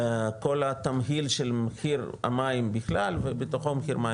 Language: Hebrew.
כל התמהיל של מחיר המים בכלל ובתוכו מחיר המים